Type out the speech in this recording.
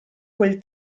quel